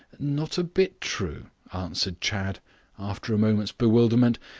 not a bit true, answered chadd after a moment's bewilderment.